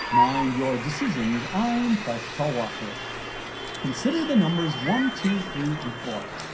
mind your decisions, i'm presh talwalkar consider the numbers one, two, three, and four.